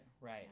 right